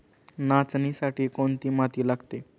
नाचणीसाठी कोणती माती लागते?